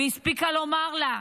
והספיקה לומר לה: